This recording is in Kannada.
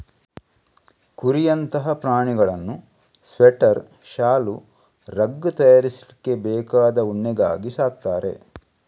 ಕುರಿಯಂತಹ ಪ್ರಾಣಿಗಳನ್ನ ಸ್ವೆಟರ್, ಶಾಲು, ರಗ್ ತಯಾರಿಸ್ಲಿಕ್ಕೆ ಬೇಕಾದ ಉಣ್ಣೆಗಾಗಿ ಸಾಕ್ತಾರೆ